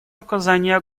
оказания